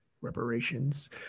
reparations